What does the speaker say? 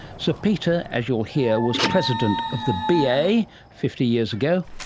sir peter, as you'll hear, was president of the b. a. fifty years ago,